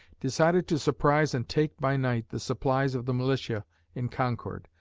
decided to surprise and take, by night, the supplies of the militia in concord,